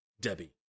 debbie